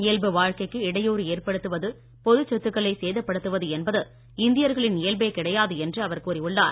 இயல்பு வாழ்க்கைக்கு இடையூறு ஏற்படுத்துவது பொதுச் சொத்துக்களை சேதப்படுத்துவது என்பது இந்தியர்களின் இயல்பே கிடையாது என்று அவர் கூறி உள்ளார்